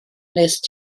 wnest